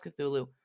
Cthulhu